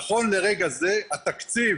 נכון לרגע זה התקציב